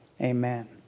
Amen